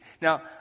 Now